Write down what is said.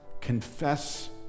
Confess